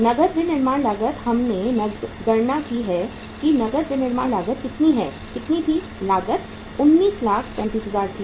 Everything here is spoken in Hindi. नकद विनिर्माण लागत हमने गणना की है कि नकद विनिर्माण लागत कितनी है कितनी थी लागत 1935000 थी